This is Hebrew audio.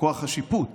השיפוט